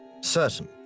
certain